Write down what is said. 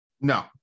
No